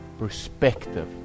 Perspective